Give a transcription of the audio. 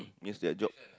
means their job